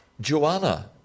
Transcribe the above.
Joanna